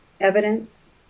evidence